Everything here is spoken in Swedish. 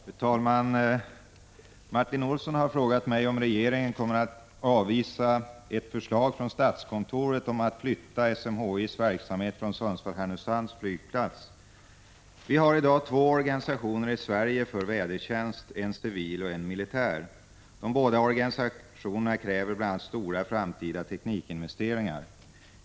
Fru talman! Martin Olsson har frågat mig om regeringen kommer att avvisa ett förslag från statskontoret om att flytta SMHI:s verksamhet från Sundsvalls-Härnösands flygplats. Vi har i dag två organisationez i Sverige för vädertjänst, en civil och en militär, som båda kräver bl.a. stora framtida teknikinvesteringar.